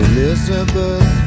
Elizabeth